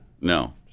no